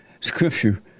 scripture